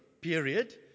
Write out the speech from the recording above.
period